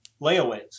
layaways